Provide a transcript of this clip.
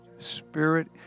Spirit